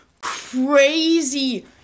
crazy